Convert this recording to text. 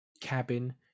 cabin